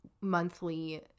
monthly